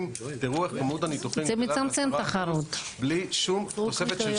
ותראו איך כמות הניתוחים גדלה בלי שום תוספת של